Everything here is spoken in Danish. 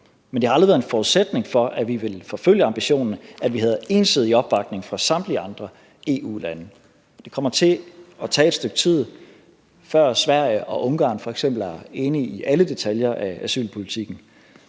men det har aldrig været en forudsætning for, at vi ville forfølge ambitionen, at vi havde ensidig opbakning fra samtlige andre EU-lande. Det kommer til at tage et stykke tid, før Sverige og Ungarn f.eks. er enige i alle detaljer af asylpolitikken.